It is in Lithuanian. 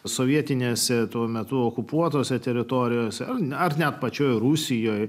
sovietinėse tuo metu okupuotose teritorijose ar net pačioje rusijoje